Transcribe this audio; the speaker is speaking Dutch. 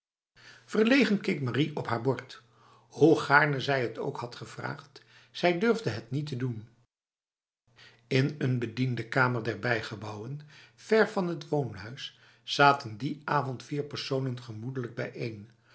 verlegen keek marie op haar bord hoe gaarne zij het ook had gevraagd zij durfde het niet te doen in een bediendenkamer der bijgebouwen vér van het woonhuis zaten die avond vier personen gemoedelijk bijeen